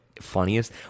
funniest